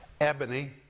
ebony